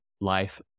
life